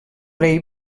rei